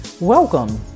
Welcome